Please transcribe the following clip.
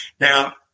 Now